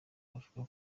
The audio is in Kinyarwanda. bavuga